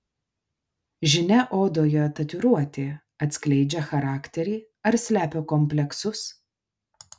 žinia odoje tatuiruotė atskleidžia charakterį ar slepia kompleksus